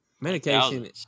medication